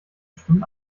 bestimmt